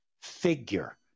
figure